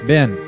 Ben